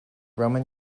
roman